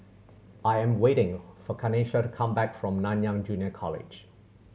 I am waiting for Kanesha to come back from Nanyang Junior College